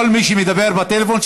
כל מי שמדבר בטלפון,